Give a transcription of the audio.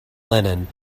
linen